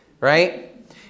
right